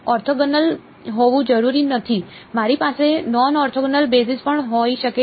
orthogonal હોવું જરૂરી નથી મારી પાસે નોન ઓર્થોગોનલ બેસિસ પણ હોઈ શકે છે